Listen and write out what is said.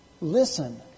Listen